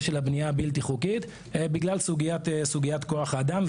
של הבנייה הבלתי חוקית בגלל סוגיית כוח האדם,